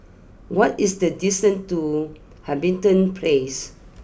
what is the distance to Hamilton place